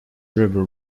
river